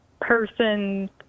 person